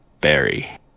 berry